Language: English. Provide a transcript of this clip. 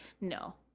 No